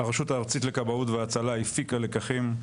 הרשות הארצית לכבאות והצלה הפיקה לקחים,